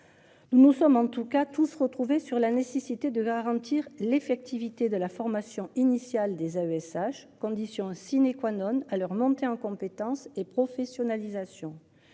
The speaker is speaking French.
Nous, nous sommes en tout cas tous retrouvés sur la nécessité de garantir l'effectivité de la formation initiale des AESH. Condition sine qua none à leur montée en compétences et professionnalisation.